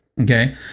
Okay